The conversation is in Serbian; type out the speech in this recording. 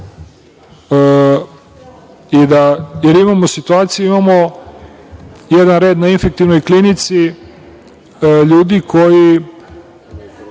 jer imamo situaciju, jer imamo jedan red na Infektivnoj klinici ljudi koji